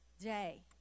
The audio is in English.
day